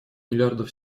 миллиардов